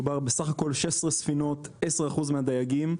מדובר בסך הכול ב-16 ספינות, 10% מהדייגים,